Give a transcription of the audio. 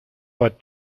what